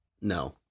No